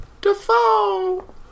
Defoe